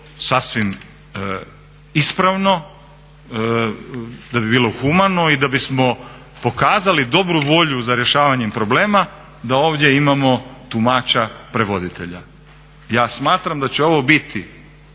sasvim ispravno, da bi bilo humano i da bismo pokazali dobru volju za rješavanjem problema da ovdje imamo tumača prevoditelja. Ja smatram da će ovo biti